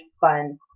fun